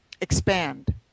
expand